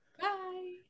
Bye